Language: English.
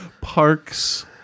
Parks